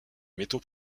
métaux